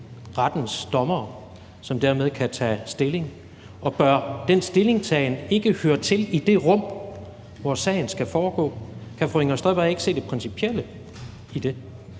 rettens dommere, som dermed kan tage stilling. Og bør den stillingtagen ikke høre til i det rum, hvor sagen skal foregå? Kan fru Inger Støjberg ikke se det principielle i det?